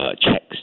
checks